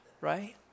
right